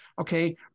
Okay